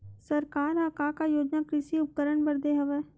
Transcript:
सरकार ह का का योजना कृषि उपकरण बर दे हवय?